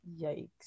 Yikes